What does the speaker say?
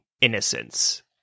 innocence